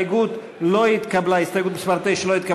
הסתייגות מס' 9, מי בעד ההסתייגות?